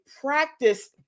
practice